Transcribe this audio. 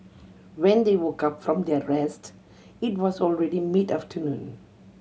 when they woke up from their rest it was already mid afternoon